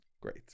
Great